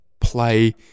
play